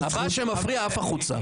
הבא שמפריע עף החוצה.